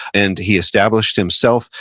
and he established himself,